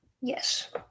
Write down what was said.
Yes